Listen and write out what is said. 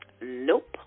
Nope